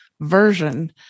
version